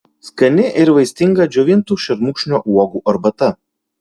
skani ir vaistinga džiovintų šermukšnio uogų arbata